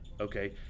Okay